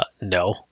no